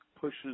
pushes